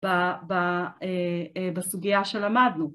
בסוגיה שלמדנו.